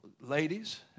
ladies